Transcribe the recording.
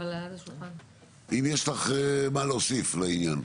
אם יש לך מה להוסיף לעניין.